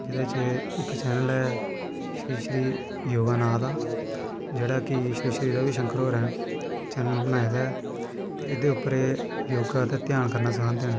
इक चैन्नल ऐ श्री योगा नांऽ दा जेह्ड़ा कि श्री श्री रवि शंकर होरैं चैन्नल बनाए दा ऐ ते एह्दै उप्पर एह् योगा दा ध्यान करना सखांदे न